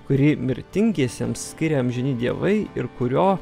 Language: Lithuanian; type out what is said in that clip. kurį mirtingiesiems skiria amžini dievai ir kurio